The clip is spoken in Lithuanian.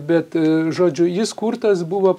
bet žodžiu jis kurtas buvo